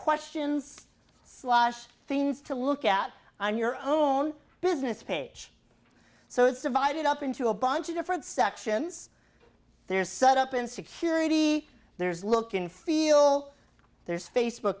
questions slash things to look at on your own business page so it's divided up into a bunch of different sections they're set up in security there's look and feel there's faceb